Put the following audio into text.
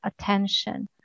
attention